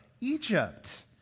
Egypt